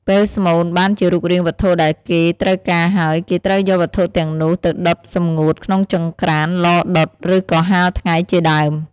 ពេលស្មូនបានជារូបរាងវត្ថុដែលគេត្រូវការហើយគេត្រូវយកវត្ថុទាំងនោះទៅដុតសម្ងួតក្នុងចង្ក្រាន ឡរដុត ឬក៏ហាលថ្ងៃជាដើម។